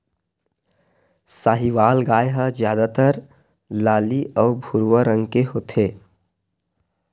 साहीवाल गाय ह जादातर लाली अउ भूरवा रंग के होथे